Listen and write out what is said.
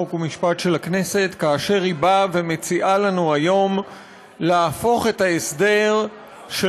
חוק ומשפט של הכנסת כאשר היא מציעה לנו היום להפוך את ההסדר של